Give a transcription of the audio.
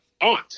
aunt